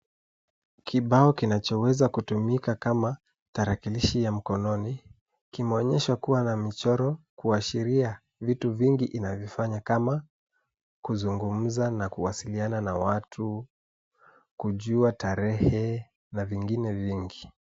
Kibao kinachoweza kutumika kama tarakirishi ya mkononi kimeonyesha kuwa michoro kuashiria vitu vingi inavyofanya kama; kuzungumza na kuwasiliana na watu, kujua tarehe na vingine vingi.